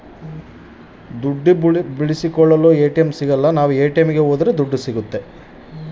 Sir ದುಡ್ಡು ಬಿಡಿಸಿಕೊಳ್ಳಲು ATM ಸಿಗುತ್ತಾ?